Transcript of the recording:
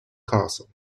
castle